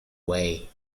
way